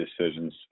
decisions